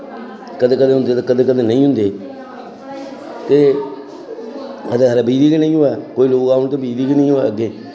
कदें कदें होंदे ते कदें कदें नेईं होंदे ते खबरै बिजली निं होऐ कोई आवै ते बिजली निं होवै अग्गें